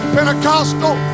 Pentecostal